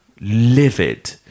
livid